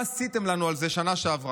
מה עשיתם לנו על זה בשנה שעברה,